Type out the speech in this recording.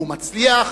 והוא מצליח,